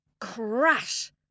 crash